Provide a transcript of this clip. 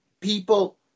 people